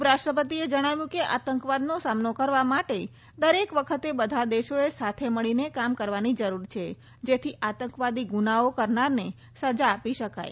ઉપરાષ્ટ્રપતિએ જણાવ્યું કે આતંકવાદનો સામનો કરવા માટે દરેક વખતે બધા દેશોએ સાથે મળીને કામ કરવાની જરૂર છે જેથી આતંકવાદી ગુનાઓ કરનારને સજા આપી શકાય